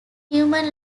human